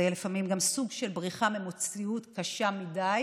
זה יהיה לפעמים גם סוג של בריחה ממציאות קשה מדי.